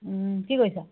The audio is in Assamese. কি কৰিছা